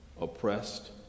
oppressed